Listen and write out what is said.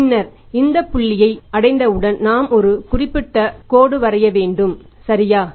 பின்னர் இந்த புள்ளியை அடைந்தவுடன் நாம் ஒரு புள்ளியிட்ட கோடு வரைய வேண்டும் சரியா